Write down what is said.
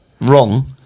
wrong